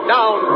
Down